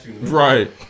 Right